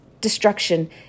destruction